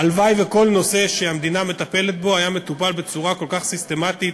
הלוואי שכל נושא שהמדינה מטפלת בו היה מטופל בצורה כל כך סיסטמטית,